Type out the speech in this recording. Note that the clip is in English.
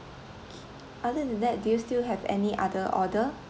okay other than that do you still have any other order